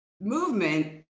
movement